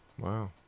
wow